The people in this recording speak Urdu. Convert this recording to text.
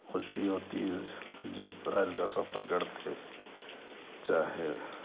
خوشی ہوتی جب ریل کا سفر کرتے چاہے